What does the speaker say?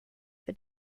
for